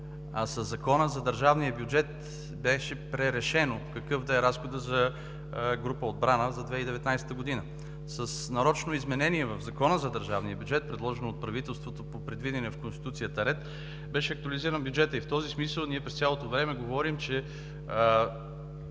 Закона за държавния бюджет беше пререшено какъв да е разходът за група „Отбрана“ за 2019 г. С нарочно изменение в Закона за държавния бюджет, предложено от правителството, по предвидения в Конституцията ред, беше актуализиран бюджетът. В този смисъл ние през цялото време говорим, че